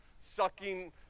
sucking